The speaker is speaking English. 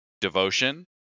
devotion